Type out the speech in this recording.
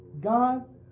God